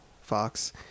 Fox